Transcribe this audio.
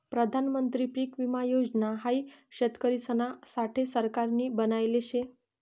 प्रधानमंत्री पीक विमा योजना हाई शेतकरिसना साठे सरकारनी बनायले शे